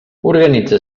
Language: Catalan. organitza